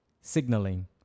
signaling